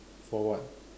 for what